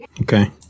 Okay